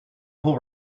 pull